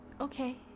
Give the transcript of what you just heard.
okay